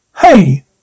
Hey